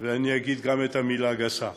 ואני אגיד גם את המילה הגסה: